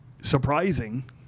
surprising